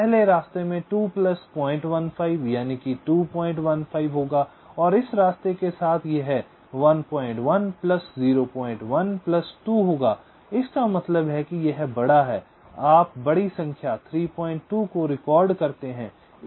पहले रास्ते में यह 2 प्लस 015 यानि कि 215 होगा और इस रास्ते के साथ यह 11 प्लस 01 प्लस 2 होगा इसका मतलब है कि यह बड़ा है आप बड़ी संख्या 32 को रिकॉर्ड करते हैं